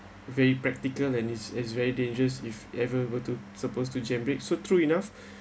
very practical and it's it's very dangerous if ever were to supposed to jam brake so true enough